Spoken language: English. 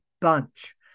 bunch